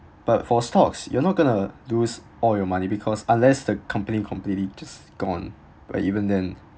but for stocks you're not going to lose all your money because unless the company completely just gone but even then